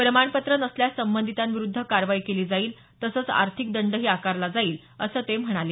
प्रमाणपत्र नसल्यास संबधितांविरूद्ध कारवाई केली जाईल तसंच आर्थिक दंडही आकारला जाईल असं ते म्हणाले